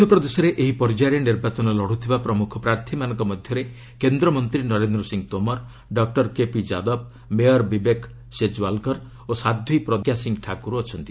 ମଧ୍ୟପ୍ରଦେଶରେ ଏହି ପର୍ଯ୍ୟାୟରେ ନିର୍ବାଚନ ଲଢ଼ୁଥିବା ପ୍ରମୁଖ ପ୍ରାର୍ଥୀମାନଙ୍କ ମଧ୍ୟରେ କେନ୍ଦ୍ରମନ୍ତ୍ରୀ Narendra Singh Tomar doctor KP Yadav mayor Vivek Sejwalkar ଓ ସାଧ୍ୱୀ ପ୍ରଞ୍ଜାସିଂହ ଠାକୁର ଅଛନ୍ତି